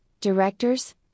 directors